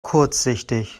kurzsichtig